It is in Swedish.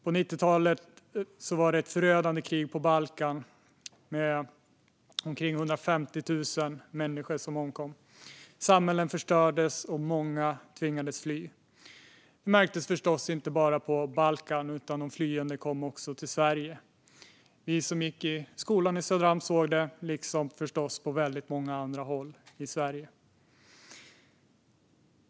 På 1990-talet var det ett förödande krig på Balkan, och omkring 150 000 människor omkom. Samhällen förstördes, och många tvingades fly. Det märktes förstås inte bara på Balkan, utan de flyende kom också till Sverige. Vi som gick i skolan i Söderhamn såg det, liksom man förstås gjorde på väldigt många andra håll i Sverige.